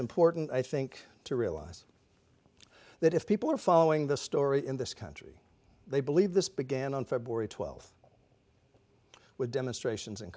important i think to realize that if people are following this story in this country they believe this began on february twelfth with demonstrations